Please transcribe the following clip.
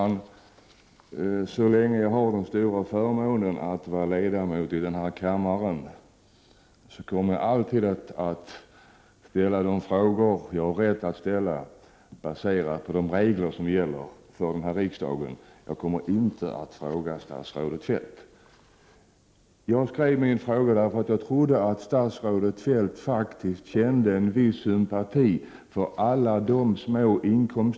När regeringen tar ställning i asylärenden skall enligt uppgift skäl som lång vistelse i landet vägas in tillsammans med övriga skäl, såvida inte begäran om ny behandling skett på falska eller ogrundade skäl för verkställighetshinder. Ändå finns det fall där villkoret uppfylls, men där utvisningsbeslut fattas, trots intyg från flera läkare om en familjemedlems sjukdom.